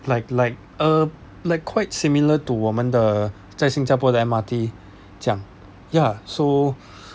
like like um like quite similar to 我们的在新加坡的 M_R_T 这样 ya so